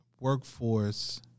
workforce